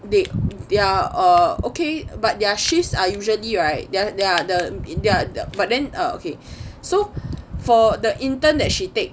they they are okay but their shifts are usually right they're they're the um but then uh okay so for the intern that she take